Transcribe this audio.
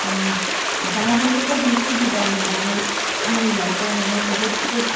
दा बेफोरबादि सुबिदा मोन्नानै आंनि लाइफआव माने बहुथ